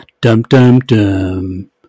dum-dum-dum